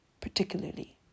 particularly